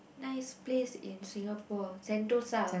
nice place in Singapore Sentosa